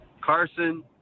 Carson